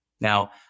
Now